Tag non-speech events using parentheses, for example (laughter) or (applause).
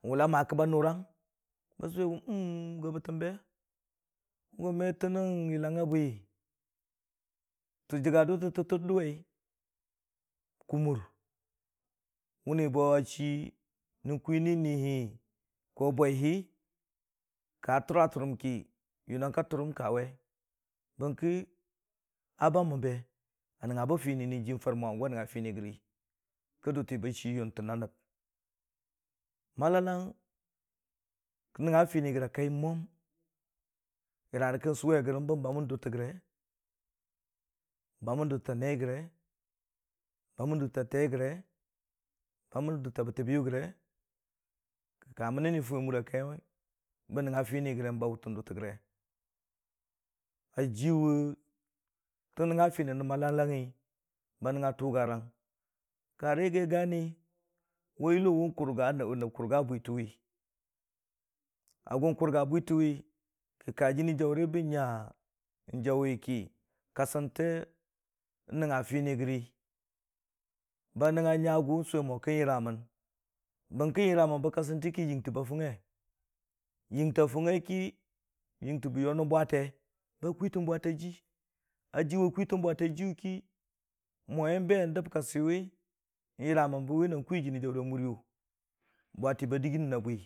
wʊ la ma kə ba nʊrang? ba sʊwe go (hesitation) go batəmbe mo me tən nən yillang bwi tə jəggə dʊtə tə dʊwəi ra kʊmar wʊ ni bo ə chii nən kwini ni hi ko bwəi hi kə tora tʊrʊm ki yʊnəng kə torʊmang kə we, barki ə baman be ə nəngngə ba fini nən jimo həngʊ wə nəngngə fini gəri kə dʊti ba chii yʊntə nə nəb malalang man nəngngə fini gəra kəiye mwəmi yəra kə sʊwe ra gən ban baman dʊtəgəre baman dʊtə tə nee gəre baman dʊtə tə tee gəre baman dʊte tə batəbiyʊ gəre kə kə ma nə ni fʊwi ə ki ban baitə dʊtə gəre ə jiyʊ tə nəngngə fini nən malalangngi ba nəngngə tʊgə rang. kəra yəgi gəni wə yʊlo wʊ nəb kʊrgə bwitəwi ə gʊn kʊrgə bwitə wi kə kə jinii jəʊri ban nyə ə jəʊ wi ki, kəsinte n'nəngngə fini gəri, ba nəngngə nyəgʊsʊ mo kən yəre man barki yəraman ba kəsinti ki yingtə ba fʊngngə yingte ba yo nən bwəte ba kwitən bwətə sii ə jiwə kwitən bwətə jiyʊ ki mo həi be dəb kə siwi, n'yəra man bi nə kwi jinni ə mʊriyʊ. (unintelligible)